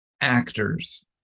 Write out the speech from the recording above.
actors